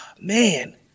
man